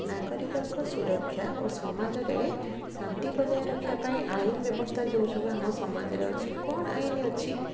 ନାଗରିକଙ୍କ ସୁରକ୍ଷା ଓ ସମାଜରେ ଶାନ୍ତି ବଜାୟ ରଖିବା ପାଇଁ ଆଇନ ବ୍ୟବସ୍ଥା ଯେଉଁ ସବୁ ଆମ ସମାଜରେ ଅଛି କ'ଣ ଆଇନ ଅଛି